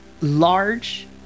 large